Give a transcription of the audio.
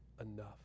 enough